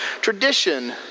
Tradition